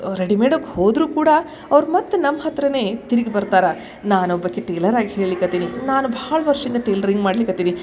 ರೆಡಿಮೇಡಗೆ ಹೋದರೂ ಕೂಡ ಅವ್ರು ಮತ್ತೆ ನಮ್ಮ ಹತ್ತಿರನೇ ತಿರುಗಿ ಬರ್ತಾರೆ ನಾನು ಒಬ್ಬಾಕೆ ಟೇಲರ್ ಆಗಿ ಹೇಳ್ಲಿಕ್ಕತ್ತೀನಿ ನಾನು ಭಾಳ ವರ್ಷಿಂದ ಟೇಲ್ರಿಂಗ್ ಮಾಡ್ಲಿಕ್ಕತ್ತೀನಿ